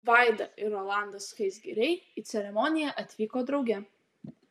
vaida ir rolandas skaisgiriai į ceremoniją atvyko drauge